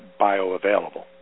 bioavailable